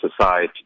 society